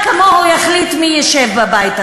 תדמיינו לעצמכם שאחד כמוהו צריך להחליט מי ישב פה.